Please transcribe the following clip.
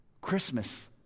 Christmas